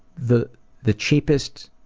the the cheapest,